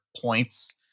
points